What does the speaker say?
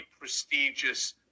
prestigious